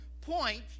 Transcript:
point